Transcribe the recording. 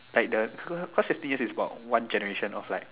like the cause fifteen years is about one generation of like